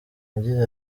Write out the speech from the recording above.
yagize